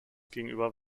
gegenüber